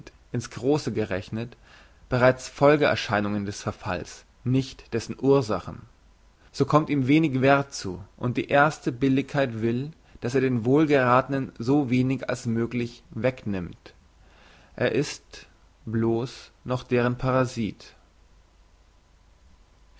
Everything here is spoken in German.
bereits folgeerscheinungen des verfalls nicht dessen ursachen so kommt ihm wenig werth zu und die erste billigkeit will dass er den wohlgerathenen so wenig als möglich wegnimmt er ist bloss noch deren parasit